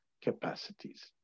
capacities